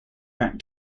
back